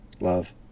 love